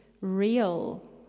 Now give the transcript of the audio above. real